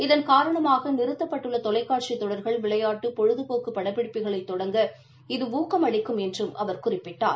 இதன் காரணமாக நிறுத்தப்பட்டுள்ள தொலைக்காட்சி தொடர்கள் விளையாட்டு பொழுதபோக்கு படப்பிடிப்புகளை தொடங்க இது ஊக்கம் அளிக்கும் என்று அவர் குறிப்பிட்டார்